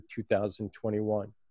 2021